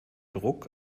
druck